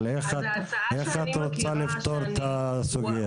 איך את רוצה לפתור את הסוגיה?